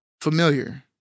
familiar